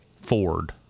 ford